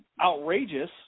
outrageous